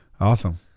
Awesome